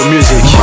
Music